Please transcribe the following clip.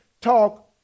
talk